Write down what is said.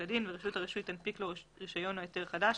כדין ורשות הרישוי תנפיק לו רישיון או היתר חדש